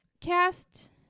Cast